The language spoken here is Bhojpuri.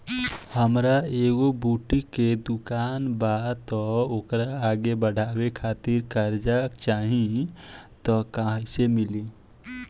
हमार एगो बुटीक के दुकानबा त ओकरा आगे बढ़वे खातिर कर्जा चाहि त कइसे मिली?